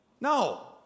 No